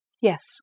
Yes